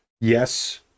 yes